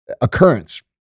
occurrence